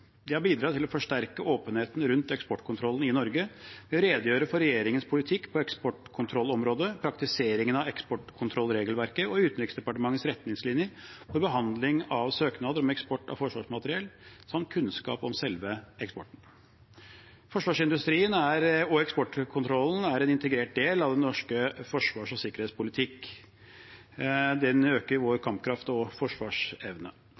De har bidratt til å forsterke åpenheten rundt eksportkontrollen i Norge ved å redegjøre for regjeringens politikk på eksportkontrollområdet, praktiseringen av eksportkontrollregelverket og Utenriksdepartementets retningslinjer for behandling av søknad om eksport av forsvarsmateriell, samt kunnskap om selve eksporten. Forsvarsindustrien og eksportkontrollen er en integrert del av den norske forsvars- og sikkerhetspolitikk. Den øker vår kampkraft og forsvarsevne.